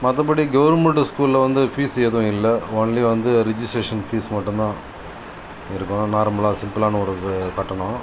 மற்றபடி கவர்ன்மெண்ட் ஸ்கூலில் வந்து ஃபீஸ் எதுவும் இல்லை ஒன்லி வந்து ரிஜிஸ்ட்ரேஷன் ஃபீஸ் மட்டும் தான் இருக்கும் நார்மலாக சிம்பிளான ஒரு இது கட்டணம்